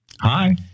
Hi